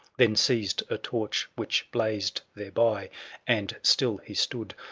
then seized a torch which blazed thereby and still he stood,